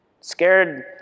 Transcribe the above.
Scared